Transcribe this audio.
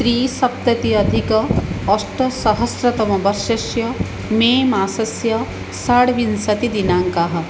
त्रिसप्तति अधिक अष्ट सहस्रतमवर्षस्य वर्षस्य मे मासस्य षड्विंशतिः दिनाङ्कः